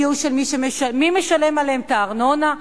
מי משלם עליהן את הארנונה,